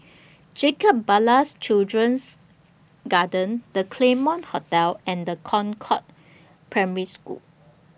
Jacob Ballas Children's Garden The Claremont Hotel and The Concord Primary School